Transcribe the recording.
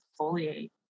exfoliate